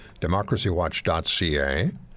democracywatch.ca